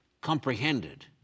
comprehended